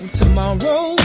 tomorrow